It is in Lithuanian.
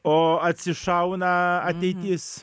o atsišauna ateitis